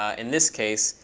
ah in this case,